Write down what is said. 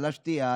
על השתייה,